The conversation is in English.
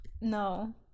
No